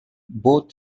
both